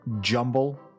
jumble